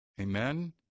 Amen